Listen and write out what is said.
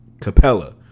Capella